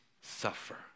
suffer